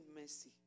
mercy